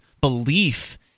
belief